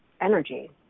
energy